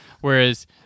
whereas